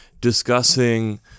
discussing